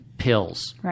pills